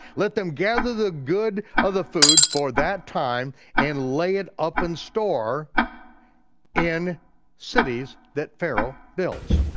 let them gather the good of the food for that time and lay it up in store in cities that pharaoh builds.